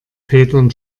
federn